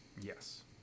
Yes